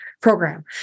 Program